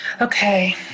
Okay